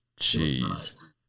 Jeez